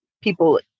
people